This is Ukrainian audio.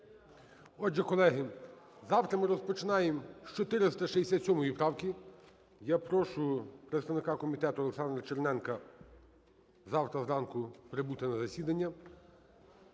Отже, колеги, завтра ми розпочинаємо з 467 правки. Я прошу представника комітету Олександра Черненка завтра зранку прибути на засідання.